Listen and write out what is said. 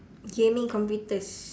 gaming computers